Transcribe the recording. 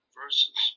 verses